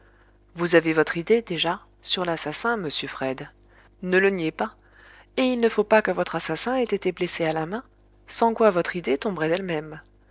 vous avez votre idée déjà sur l'assassin monsieur fred ne le niez pas et il ne faut pas que votre assassin ait été blessé à la main sans quoi votre idée tomberait d'elle-même